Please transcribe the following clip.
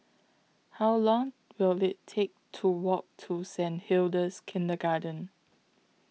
How Long Will IT Take to Walk to Saint Hilda's Kindergarten